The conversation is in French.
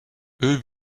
eux